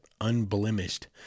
unblemished